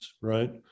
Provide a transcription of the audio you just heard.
right